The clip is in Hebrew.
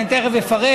אני תכף אפרט,